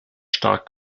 stark